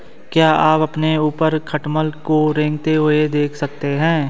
क्या आप अपने ऊपर खटमल को रेंगते हुए देख सकते हैं?